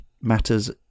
matters